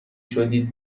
شدید